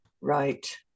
Right